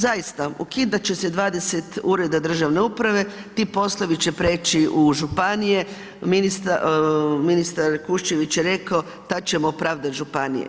Zaista, ukidat će se 20 uredna državne uprave, ti poslovi će prijeći u županije, ministar Kuščević je rekao tad ćemo opravdat županije.